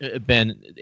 Ben